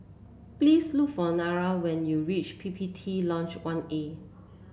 please look for Nira when you reach P P T Lodge One A